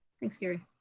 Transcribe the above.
thanks, gary.